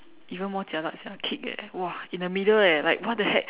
even mine jialat sia kick eh !wah! in the middle eh like what the heck